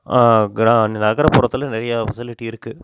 நகரப்புறத்தில் நிறையா ஃபெசிலிட்டி இருக்குது